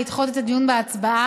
לדחות את הדיון בהצבעה.